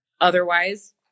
Otherwise